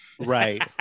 Right